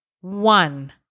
one